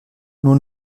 nur